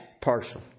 partial